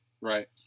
Right